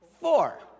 Four